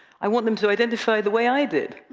i want them to identify the way i did,